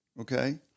Okay